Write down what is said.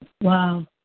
Wow